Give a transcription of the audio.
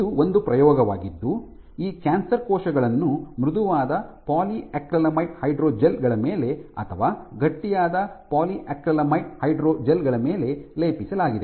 ಇದು ಒಂದು ಪ್ರಯೋಗವಾಗಿದ್ದು ಈ ಕ್ಯಾನ್ಸರ್ ಕೋಶಗಳನ್ನು ಮೃದುವಾದ ಪಾಲಿಯಾಕ್ರಿಲಾಮೈಡ್ ಹೈಡ್ರೋಜೆಲ್ ಗಳ ಮೇಲೆ ಅಥವಾ ಗಟ್ಟಿಯಾದ ಪಾಲಿಯಾಕ್ರಿಲಾಮೈಡ್ ಹೈಡ್ರೋಜೆಲ್ ಗಳ ಮೇಲೆ ಲೇಪಿಸಲಾಗಿದೆ